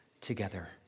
together